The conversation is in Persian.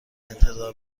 انتظار